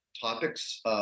topics